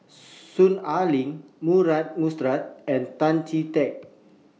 Soon Ai Ling Murray Buttrose and Tan Chee Teck